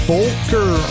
Bolker